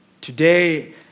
Today